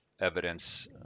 evidence